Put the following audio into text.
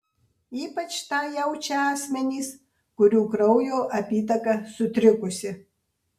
ypač tą jaučia asmenys kurių kraujo apytaka sutrikusi